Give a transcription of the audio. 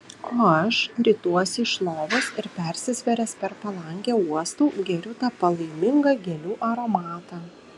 o aš rituosi iš lovos ir persisvėręs per palangę uostau geriu tą palaimingą gėlių aromatą